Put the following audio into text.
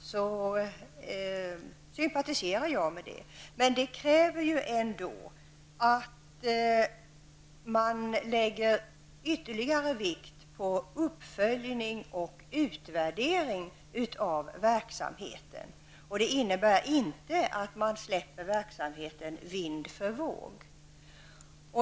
vill jag säga att jag sympatiserar med detta. Men det kräver att man fäster ytterligare vikt vid detta med uppföljning och utvärdering av verksamheten. Det innebär alltså inte att man släpper verksamheten vind för våg.